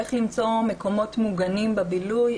איך למצוא מקומות מוגנים בבילוי,